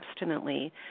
abstinently